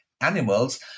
animals